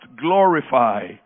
glorify